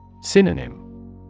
Synonym